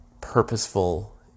purposeful